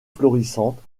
florissante